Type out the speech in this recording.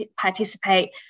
participate